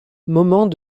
moment